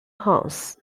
pounds